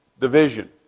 Division